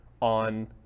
on